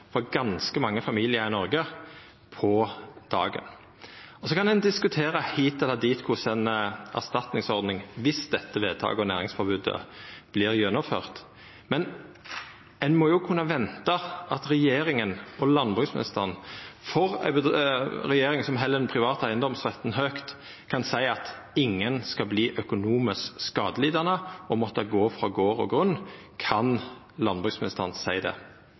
for ganske mange familiar i Noreg på dagen. Så kan ein diskutera hit eller dit ei erstatningsordning dersom dette vedtaket og næringsforbodet vert gjennomført, men ein må jo kunna venta at landbruksministeren og regjeringa, som held den private eigedomsretten høgt, kan seia at ingen skal verta økonomisk skadelidande og måtta gå frå gard og grunn. Kan landbruksministeren seia det?